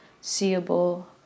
seeable